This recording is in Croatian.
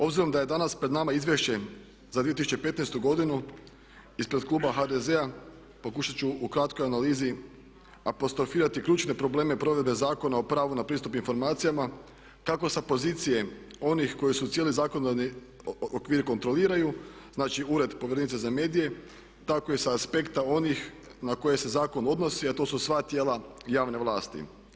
Obzirom da je danas pred nama izvješće za 2015. godinu, ispred Kluba HDZ-a pokušat ću u kratkoj analizi apostrofirati ključne probleme provedbe Zakona o pravu na pristup informacijama kako sa pozicije onih koji su cijeli zakonodavni okvir kontroliraju, znači ured povjerenice za medije, tako i sa aspekta onih na koje se zakon odnosi a to su sva tijela javne vlasti.